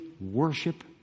worship